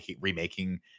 remaking